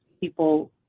people